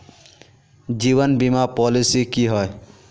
जीवन बीमा पॉलिसी की होय?